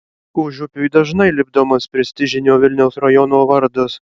užupiui dažnai lipdomas prestižinio vilniaus rajono vardas